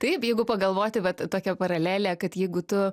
taip jeigu pagalvoti vat tokia paralelė kad jeigu tu